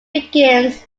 begins